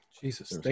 Jesus